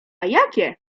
jakie